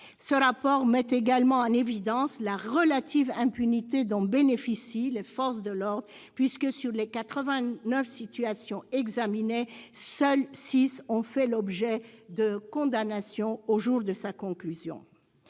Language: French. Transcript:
Ce rapport met également en évidence la relative impunité dont bénéficient les forces de l'ordre puisque, sur les quatre-vingt-neuf situations examinées, seules six ont fait l'objet de condamnations au jour de sa conclusion.